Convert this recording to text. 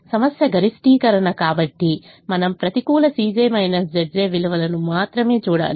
సమస్య గరిష్టీకరణ కాబట్టి మనం ప్రతికూల విలువలను మాత్రమే చూడాలి